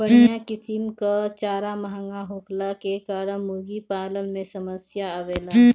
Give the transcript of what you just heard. बढ़िया किसिम कअ चारा महंगा होखला के कारण मुर्गीपालन में समस्या आवेला